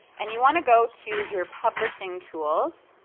and you want to go to your publishing tools